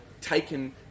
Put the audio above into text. taken